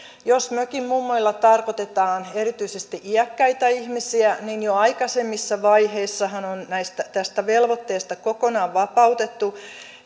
jos mökinmummoilla tarkoitetaan erityisesti iäkkäitä ihmisiä niin jo aikaisemmissa vaiheissahan on tästä velvoitteesta kokonaan vapautettu